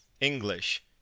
english